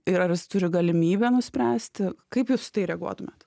ir ar jis turi galimybę nuspręsti kaip jūs reaguotumėt